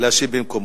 להשיב במקומו.